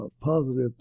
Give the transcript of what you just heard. positive